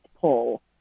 pull